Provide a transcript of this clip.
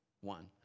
one